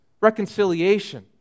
reconciliation